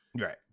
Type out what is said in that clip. right